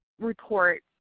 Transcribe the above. report